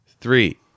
Three